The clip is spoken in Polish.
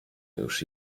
już